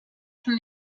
from